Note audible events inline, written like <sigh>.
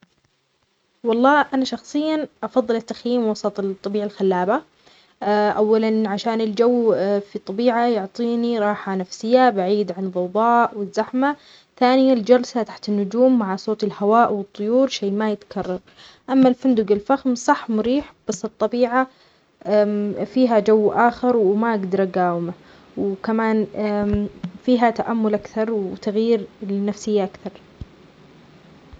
والله أنا شخصيا أفضل التخييم وسط الطبيعة الخلابة، <hesitation> أولا عشان الجو في الطبيعة يعطيني راحة نفسية بعيد عن ضوضاء، والزحمة، ثانيا الجلسة تحت النجوم مع صوت الهواء، والطيور شيء ما يتكرر، أما الفندق الفخم صح مريح، بس الطبيعة <hesitation> فيها جو آخر، وما أقدر أقاومه، وكمان <hesitation> فيها تأمل أكثر وتغيير للنفسية أكثر.